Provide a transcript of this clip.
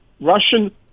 Russian